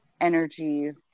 energy